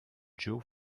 joe